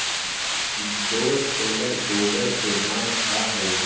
दो टेलर गोबर के दाम का होई?